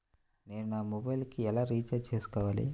నేను నా మొబైల్కు ఎలా రీఛార్జ్ చేసుకోవాలి?